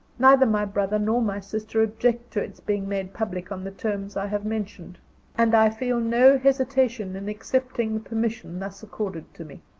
neither my brother nor my sister object to its being made public on the terms i have mentioned and i feel no hesitation in accepting the permission thus accorded to me.